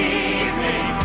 evening